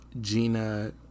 gina